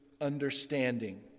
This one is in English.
understanding